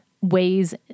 ways